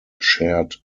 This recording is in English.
shared